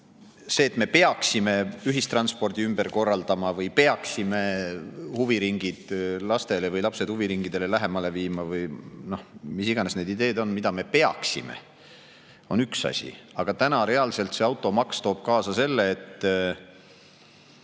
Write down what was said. See, et me peaksime ühistranspordi ümber korraldama või peaksime huviringid lastele või lapsed huviringidele lähemale viima – mis iganes need ideed on, mida me peaksime [tegema] –, on üks asi, aga täna toob see automaks reaalselt kaasa selle, et